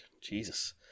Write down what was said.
Jesus